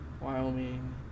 Wyoming